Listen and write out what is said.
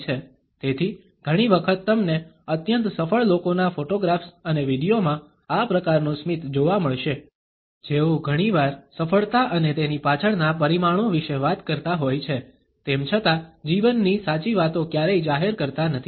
તેથી ઘણી વખત તમને અત્યંત સફળ લોકોના ફોટોગ્રાફ્સ અને વિડીયોમાં આ પ્રકારનું સ્મિત જોવા મળશે જેઓ ઘણીવાર સફળતા અને તેની પાછળના પરિમાણો વિશે વાત કરતા હોય છે તેમ છતાં જીવનની સાચી વાતો ક્યારેય જાહેર કરતા નથી